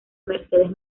mercedes